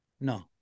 No